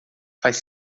faz